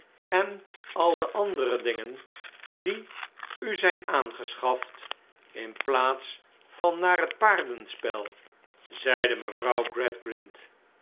en al de andere dingen die voor u zijn aangeschaft in plaats van naar het paardenspel zeide mevrouw